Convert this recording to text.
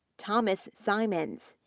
thomas simons,